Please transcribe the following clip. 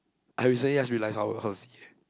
I recently just realise how how to see eh